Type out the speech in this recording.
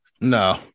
No